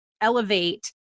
elevate